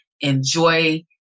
enjoy